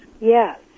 Yes